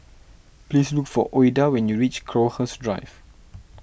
please look for Ouida when you reach Crowhurst Drive